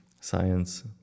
science